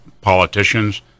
politicians